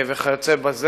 פנה